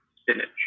spinach